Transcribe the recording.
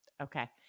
Okay